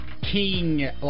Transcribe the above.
king